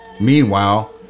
Meanwhile